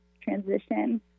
transition